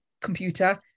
computer